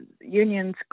unions